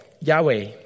Yahweh